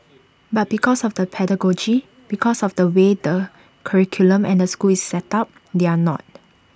but because of the pedagogy because of the way the curriculum and the school is set up they are not